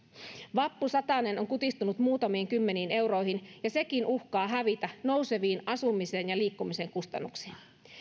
vappusatanen on kutistunut muutamiin kymmeniin euroihin ja sekin uhkaa hävitä nouseviin asumisen ja liikkumisen kustannuksiin